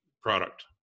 product